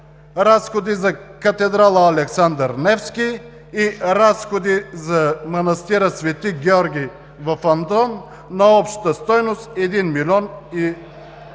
разходи за катедрала „Александър Невски“ и разходи за манастира „Св. Георги“ в Атон на обща стойност 1 млн.